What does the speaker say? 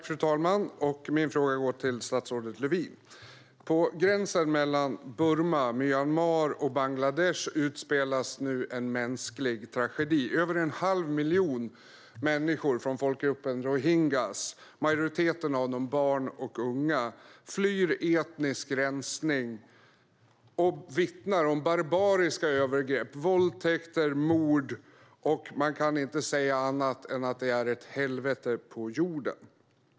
Fru talman! På gränsen mellan Burma/Myanmar och Bangladesh utspelas nu en mänsklig tragedi. Över en halv miljon människor från folkgruppen rohingya, majoriteten av dem barn och unga, flyr etnisk rensning och vittnar om barbariska övergrepp, våldtäkter och mord. Man kan inte säga annat än att det är ett helvete på jorden.